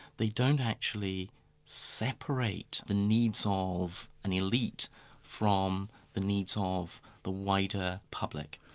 they don't actually separate the needs ah of an elite from the needs of the wider public.